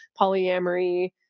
polyamory